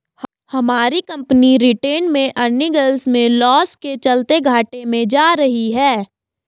हमारी company retained earnings में loss के चलते घाटे में जा रही है